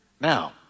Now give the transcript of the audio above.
Now